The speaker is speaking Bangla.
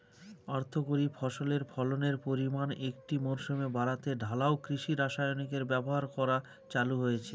অর্থকরী ফসলের ফলনের পরিমান একটি মরসুমে বাড়াতে ঢালাও কৃষি রাসায়নিকের ব্যবহার করা চালু হয়েছে